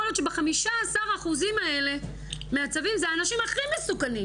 יכול להיות שב-15% מהצווים זה האנשים הכי מסוכנים.